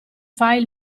file